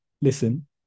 listen